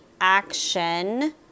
action